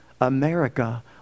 America